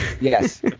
Yes